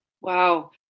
Wow